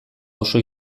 oso